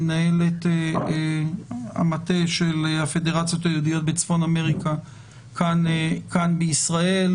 מנהלת המטה של הפדרציות היהודיות בצפון אמריקה כאן בישראל,